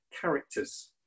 characters